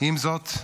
עם זאת,